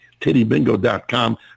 TittyBingo.com